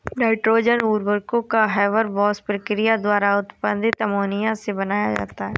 nitrogen उर्वरकों को Haber Bosch प्रक्रिया द्वारा उत्पादित अमोनिया से बनाया जाता है